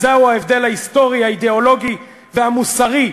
זהו ההבדל ההיסטורי, האידיאולוגי והמוסרי,